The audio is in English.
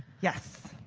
yes.